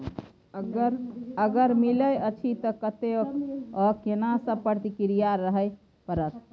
अगर मिलय अछि त कत्ते स आ केना सब प्रक्रिया करय परत?